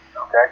Okay